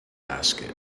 basket